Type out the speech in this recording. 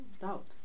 doubt